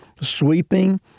sweeping